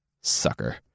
Sucker